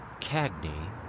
Cagney